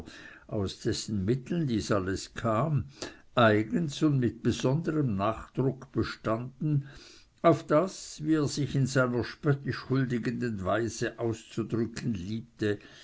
aus dessen mitteln dies alles kam eigens und mit besonderem nachdruck bestanden auf daß wie er sich in seiner spöttisch huldigenden weise auszudrücken liebte